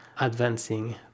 advancing